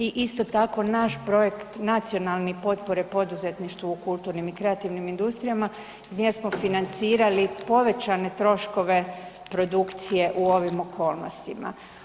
I isto tako naš projekt Nacionalne potpore poduzetništvu u kulturnim i kreativnim industrijama gdje smo financirali povećane troškove produkcije u ovim okolnostima.